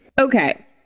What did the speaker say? Okay